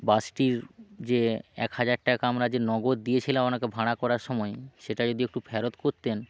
বাসটির যে এক হাজার টাকা আমরা যে নগদ দিয়েছিলাম আপনাকে ভাড়া করার সময় সেটা যদি একটু ফেরত করতেন